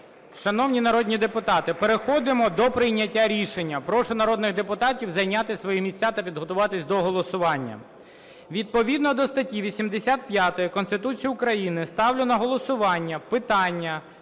Шановні народні депутати, переходимо до прийняття рішення. Прошу народних депутатів зайняти свої місця та підготуватись до голосування. Відповідно до статті 85 Конституції України ставлю на голосування питання